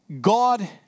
God